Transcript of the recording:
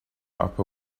upper